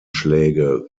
schläge